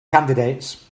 candidates